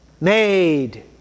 made